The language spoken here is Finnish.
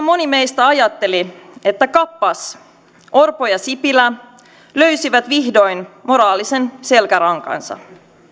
moni meistä ajatteli että kappas orpo ja sipilä löysivät vihdoin moraalisen selkärankansa